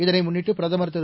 இதனை முன்னிட்டு பிரதமர் திரு